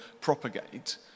propagate